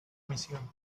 misión